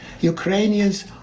Ukrainians